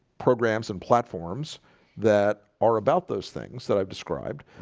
programs and platforms that are about those things that i've described.